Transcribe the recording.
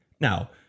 now